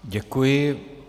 Děkuji.